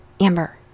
Amber